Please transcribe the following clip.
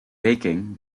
baking